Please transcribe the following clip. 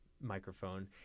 microphone